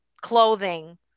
clothing